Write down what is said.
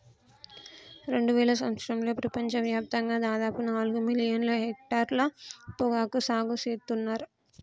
రెండువేల సంవత్సరంలో ప్రపంచ వ్యాప్తంగా దాదాపు నాలుగు మిలియన్ల హెక్టర్ల పొగాకు సాగు సేత్తున్నర్